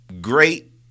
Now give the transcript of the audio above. Great